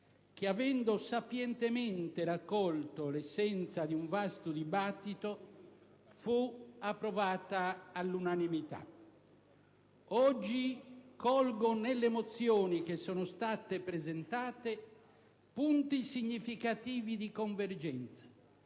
che avendo sapientemente raccolto l'essenza di un vasto dibattito fu approvata all'unanimità. Oggi colgo, nelle mozioni presentate, punti significativi di convergenza,